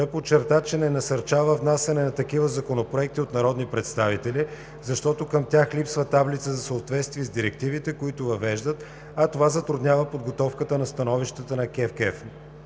подчерта, че не насърчава внасяне на такива законопроекти от народни представители, защото към тях липсва таблица за съответствие с директивите, които въвеждат, а това затруднява подготовката на становищата на КЕВКЕФ.